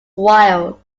wild